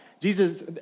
Jesus